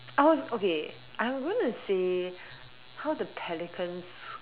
I was okay I'm gonna say how the pelicans